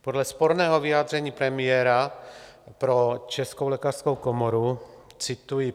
Podle sporného vyjádření premiéra pro Českou lékařskou komoru cituji: